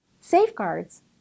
Safeguards